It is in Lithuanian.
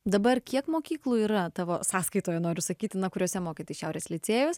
dabar kiek mokyklų yra tavo sąskaitoje noriu sakyti na kuriuose mokai tai šiaurės licėjaus